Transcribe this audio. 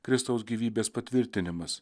kristaus gyvybės patvirtinimas